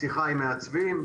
שיחה עם מעצבים,